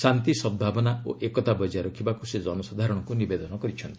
ଶାନ୍ତି ସଦ୍ଭାବନା ଓ ଏକତା ବଜାୟ ରଖିବାକୁ ସେ ଜନସାଧାରଣଙ୍କୁ ନିବେଦନ କରିଛନ୍ତି